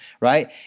Right